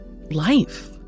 life